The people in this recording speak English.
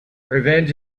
revenge